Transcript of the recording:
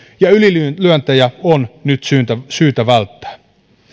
ja ylilyöntejä on nyt syytä syytä välttää